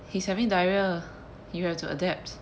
he's having diarrhoea you have to adapt